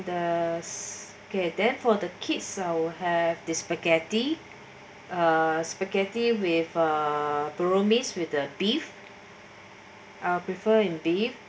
that's that for the kids so have the spaghetti spaghetti with uh meats with the beef I'll prefer in beef